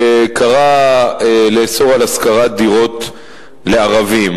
שקרא לאסור השכרת דירות לערבים.